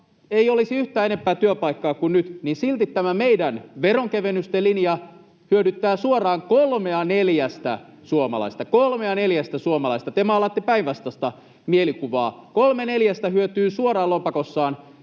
ei olisi yhtään enempää työpaikkoja kuin nyt, silti tämä meidän veronkevennysten linjamme hyödyttää suoraan kolmea neljästä suomalaisesta, kolmea neljästä suomalaisesta. Te maalaatte päinvastaista mielikuvaa. Kolme neljästä hyötyy suoraan lompakossaan,